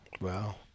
wow